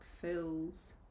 fills